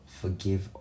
forgive